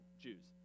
Jews